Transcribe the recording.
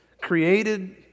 created